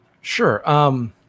Sure